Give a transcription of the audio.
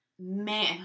Man